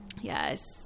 Yes